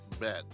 Bet